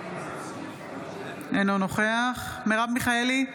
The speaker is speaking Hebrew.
אינו נוכח מרב מיכאלי,